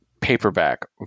paperback